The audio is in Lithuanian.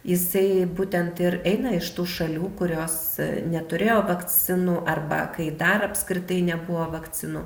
jisai būtent ir eina iš tų šalių kurios neturėjo vakcinų arba kai dar apskritai nebuvo vakcinų